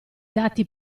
dati